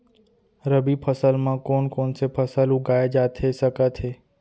रबि फसल म कोन कोन से फसल उगाए जाथे सकत हे?